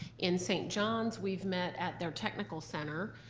in st. johns we've met at their technical center.